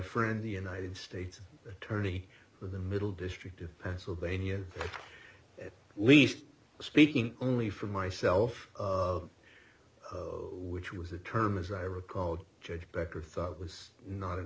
friend the united states attorney for the middle district of pennsylvania at least speaking only for myself which was a term as i recall judge becker thought was not an